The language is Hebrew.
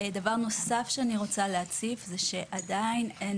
דבר נוסף שאני רוצה להציף זה שעדיין אין